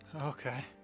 Okay